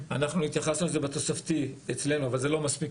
התייחסנו לזה בתוספתי אצלנו אבל זה לא מספיק.